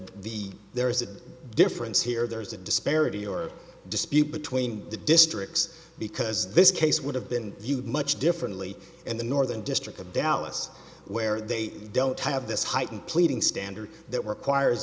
the there is a difference here there's a disparity or dispute between the districts because this case would have been much differently in the northern district of dallas where they don't have this heightened pleading standard that requires